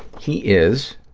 he is,